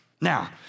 Now